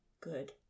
good